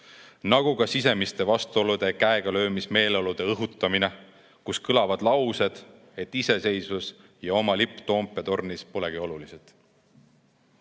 nagu ka sisemiste vastuolude, käegalöömise meeleolude õhutamine, kui kõlavad laused, et iseseisvus ja oma lipp Toompea tornis polegi olulised.